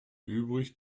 übrig